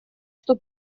что